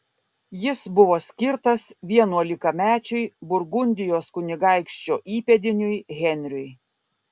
jis buvo skirtas vienuolikamečiui burgundijos kunigaikščio įpėdiniui henriui